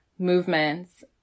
movements